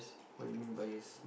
what you mean bias